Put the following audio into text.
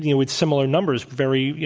you know with similar numbers, very, you